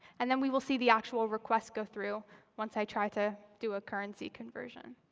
and then we will see the actual request go through once i try to do a currency conversion.